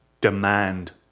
demand